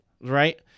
right